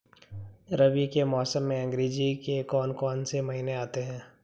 रबी के मौसम में अंग्रेज़ी के कौन कौनसे महीने आते हैं?